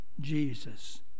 Jesus